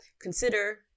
consider